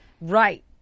right